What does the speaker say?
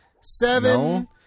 Seven